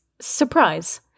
surprise